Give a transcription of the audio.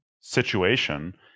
situation